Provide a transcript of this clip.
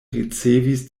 ricevis